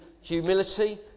humility